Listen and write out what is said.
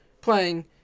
playing